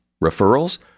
Referrals